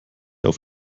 auf